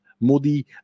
Modi